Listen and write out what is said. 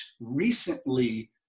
recently